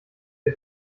der